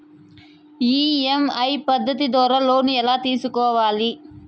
EMI పద్ధతి ద్వారా loan ఎలా తీసుకోవాలి